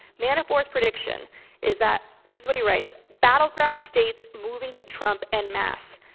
manafort's prediction is that this is what he writes. battleground states moving to trump en mass.